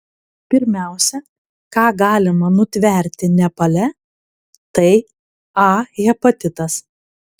pirmiausia ką galima nutverti nepale tai a hepatitas